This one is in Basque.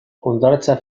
hondartza